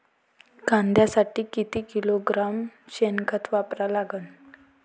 कांद्यासाठी किती किलोग्रॅम शेनखत वापरा लागन?